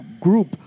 group